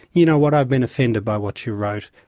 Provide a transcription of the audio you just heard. you know what? i've been offended by what you wrote.